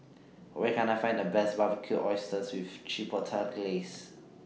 Where Can I Find The Best Barbecued Oysters with Chipotle Glaze